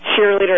cheerleader